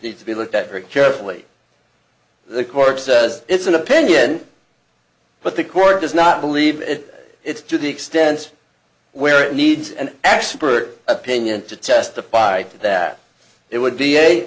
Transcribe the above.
needs to be looked at very carefully the court says it's an opinion but the court does not believe it it's to the extent where it needs an expert opinion to testify to that it would be a